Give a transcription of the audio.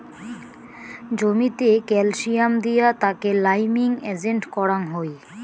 জমিতে ক্যালসিয়াম দিয়া তাকে লাইমিং এজেন্ট করাং হই